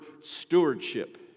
stewardship